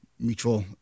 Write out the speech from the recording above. mutual